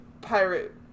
pirate